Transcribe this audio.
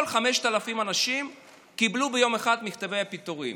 5,000 האנשים קיבלו ביום אחד מכתבי פיטורים.